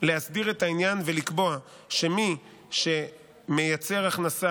להסדיר את העניין ולקבוע שמי שמייצר הכנסה